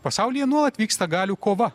pasaulyje nuolat vyksta galių kova